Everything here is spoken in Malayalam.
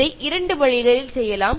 അത് രണ്ട് രീതിയിൽ ചെയ്യാം